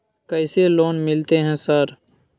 कैसे लोन मिलते है सर?